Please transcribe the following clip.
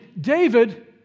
David